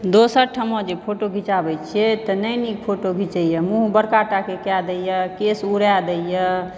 दोसर ठमा जे फोटो खीचाबै छियै तऽ नहि नीक फोटो घिचैया मुँह बड़का टाके कए दैया केश उड़ा दै या